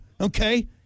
okay